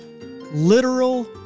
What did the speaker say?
literal